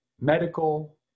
medical